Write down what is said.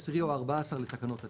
העשירי או הארבעה-עשר לתקנות התיעוד,